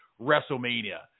WrestleMania